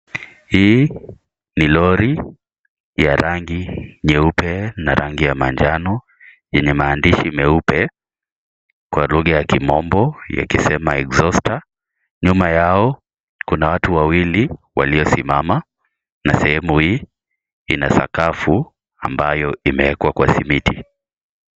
Hii ni lori ya rangi nyeupe na rangi ya manjano, yenye maandishi meupe kwa lugha ya kimombo yakisema Exhauster . Nyuma yao kuna watu wawili waliosimama na sehemu hii ina sakafu ambayo imeekwa kwa simiti.